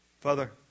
Father